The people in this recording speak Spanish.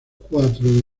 cuatro